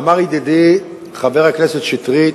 ואמר ידידי חבר הכנסת שטרית,